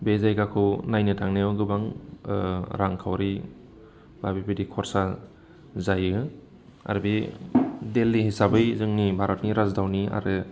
बे जायगाखौ नायनो थांनायाव गोबां रांखावरि बा बिबायदि खरसा जायो आरो बे दिल्ली हिसाबै जोंनि भारतनि राजथावनि आरो